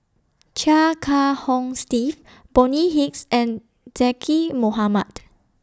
Chia Kiah Hong Steve Bonny Hicks and Zaqy Mohamad